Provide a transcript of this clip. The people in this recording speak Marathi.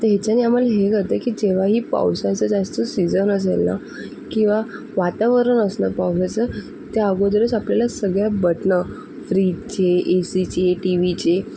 त्याच्याने आम्हाला हे कळतं आहे की जेव्हाही पावसाचा जास्त सीजन असेल ना किंवा वातावरन असेल पावसाचं त्या अगोदरच आपल्याला सगळ्या बटणं फ्रीजचे ए सीचे टी व्हीचे